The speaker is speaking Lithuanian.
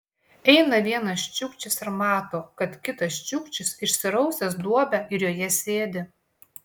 eina vienas čiukčis ir mato kad kitas čiukčis išsirausęs duobę ir joje sėdi